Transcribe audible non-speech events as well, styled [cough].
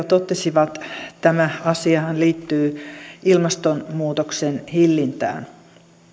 [unintelligible] totesivat tämä asiahan liittyy ilmastonmuutoksen hillintään